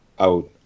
out